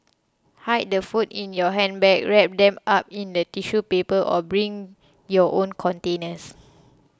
hide the food in your handbag wrap them up in the tissue paper or bring your own containers